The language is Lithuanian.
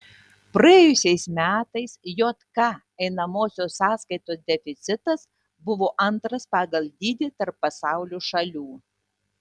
praėjusiais metais jk einamosios sąskaitos deficitas buvo antras pagal dydį tarp pasaulio šalių